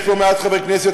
יש פה מעט חברי כנסת,